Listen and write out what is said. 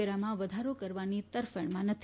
વેરામાં વધારો કરવાની તરફેણમાં નથી